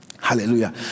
Hallelujah